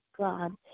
God